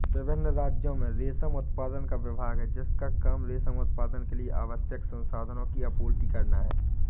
विभिन्न राज्यों में रेशम उत्पादन का विभाग है जिसका काम रेशम उत्पादन के लिए आवश्यक संसाधनों की आपूर्ति करना है